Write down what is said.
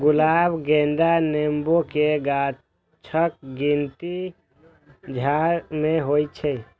गुलाब, गेंदा, नेबो के गाछक गिनती झाड़ मे होइ छै